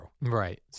Right